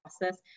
process